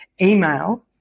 email